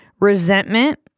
resentment